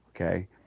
okay